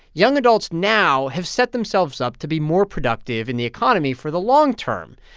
young adults now have set themselves up to be more productive in the economy for the long term.